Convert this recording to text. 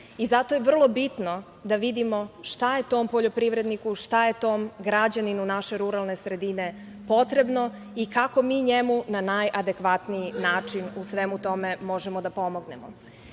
Zato je vrlo bitno da vidimo šta je tom poljoprivredniku, šta je tom građaninu naše ruralne sredine potrebno i kako mi njemu na najadekvatniji način u svetu tome možemo da pomognemo. Na